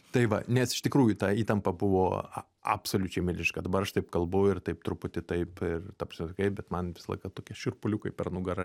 tai va nes iš tikrųjų ta įtampa buvo absoliučiai milžiniška dabar aš taip kalbu ir taip truputį taip ir ta prasme bet man visą laiką tokie šiurpuliukai per nugarą